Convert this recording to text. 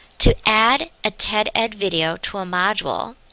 to add a ted ed video to a module,